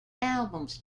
albums